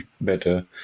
better